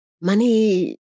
money